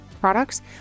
products